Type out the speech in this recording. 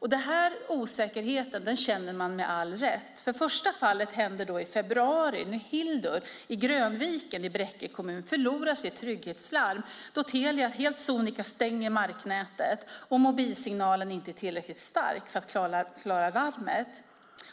Den här osäkerheten känner man med all rätt. Det första fallet inträffar i februari när Hildur i Grönviken i Bräcke kommun förlorar sitt trygghetslarm då Telia helt sonika stänger marknätet och mobilsignalen inte är tillräckligt stark för att klara larmet.